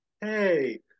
Hey